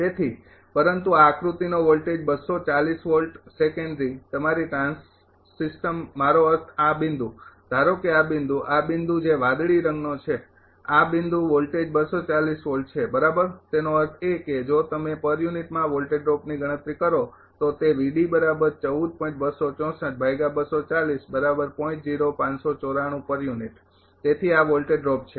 તેથી પરંતુ આ આકૃતિનો વોલ્ટેજ સેકન્ડરી તમારી ટ્રાન્સ સિસ્ટમ મારો અર્થ આ બિંદુ ધારો કે આ બિંદુ આ બિંદુ જે વાદળી રંગનો છે આ બિંદુ વોલ્ટેજ છે બરાબર તેનો અર્થ એ કે જો તમે પર યુનિટમાં ડ્રોપની ગણતરી કરો તો તે તેથી આ વોલ્ટેજ ડ્રોપ છે